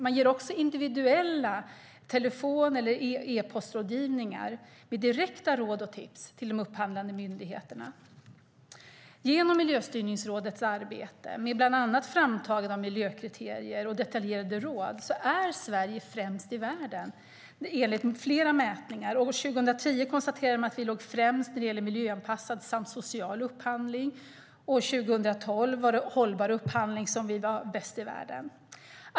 Man har också individuell telefon och e-postrådgivning med direkta råd och tips till de upphandlande myndigheterna. Genom Miljöstyrningsrådets arbete, med bland annat framtagande av miljökriterier och detaljerade råd, är Sverige enligt flera mätningar främst i världen. År 2010 konstaterade man att vi låg främst när det gäller miljöanpassad samt social upphandling. År 2012 var det hållbar upphandling där vi var bäst i världen.